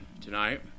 tonight